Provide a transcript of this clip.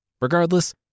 Regardless